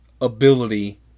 ability